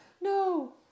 no